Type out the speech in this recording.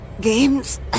Games